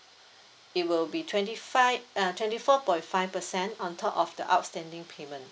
it will be twenty five uh twenty four point five percent on top of the outstanding payment